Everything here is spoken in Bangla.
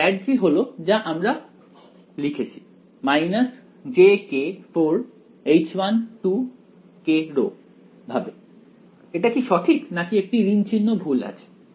তাই ∇g হলো যা আমরা লিখেছি - jk 4H1kρ ভাবে এটা কি সঠিক নাকি একটি ঋণ চিহ্ন ভুল আছে